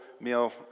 meal